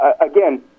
again